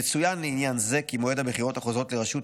יצוין לעניין זה כי מועד הבחירות החוזרות לראשות